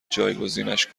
جایگزینش